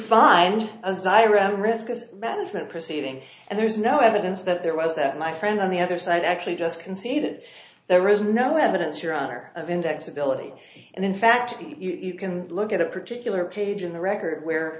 find a xyron risk management proceeding and there's no evidence that there was that my friend on the other side actually just conceded there is no evidence your honor of index ability and in fact you can look at a particular page in the record where